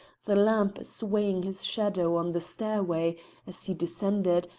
the lamp swaying his shadow on the stairway as he descended,